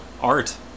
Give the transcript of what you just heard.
art